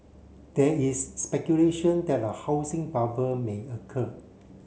there is speculation that a housing bubble may occur